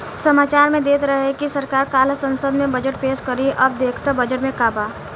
सामाचार में देत रहे की सरकार काल्ह संसद में बजट पेस करी अब देखऽ बजट में का बा